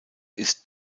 ist